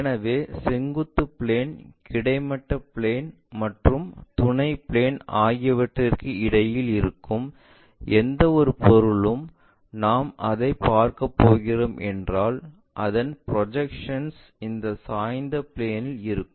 எனவே செங்குத்து பிளேன் கிடைமட்ட பிளேன் மற்றும் துணை பிளேன் ஆகியவற்றுக்கு இடையில் இருக்கும் எந்தவொரு பொருளும் நாம் அதைப் பார்க்கப் போகிறோம் என்றால் அதன் ப்ரொஜெக்ஷன்ஸ் இந்த சாய்ந்த பிளேன் இல் இருக்கும்